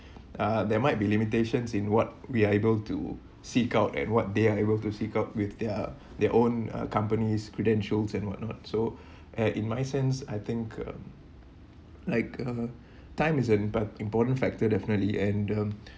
uh there might be limitations in what we are able to seek out at what they are able to seek out with their their own uh companies credentials and what not so eh in my sense I think uh like uh time is an impa~ important factor definitely and the